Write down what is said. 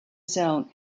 zone